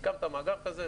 אתה הקמת מאגר כזה,